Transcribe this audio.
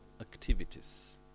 activities